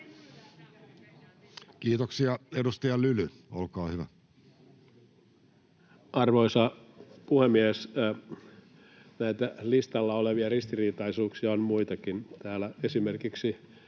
sd) Time: 16:12 Content: Arvoisa puhemies! Näitä listalla olevia ristiriitaisuuksia on muitakin. Täällä esimerkiksi